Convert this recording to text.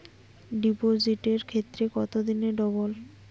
ডিপোজিটের ক্ষেত্রে কত দিনে ডবল?